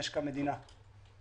משק המדינה.